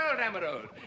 Emerald